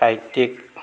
সাহিত্য়িক